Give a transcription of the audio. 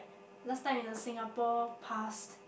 last time in the Singapore past